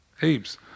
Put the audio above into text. Heaps